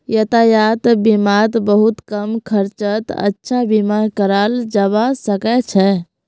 यातायात बीमात बहुत कम खर्चत अच्छा बीमा कराल जबा सके छै